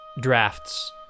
drafts